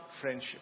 friendship